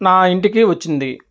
నా ఇంటికి వచ్చింది